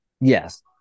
Yes